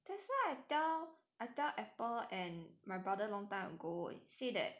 that's why I tell I tell apple and my brother long time ago say that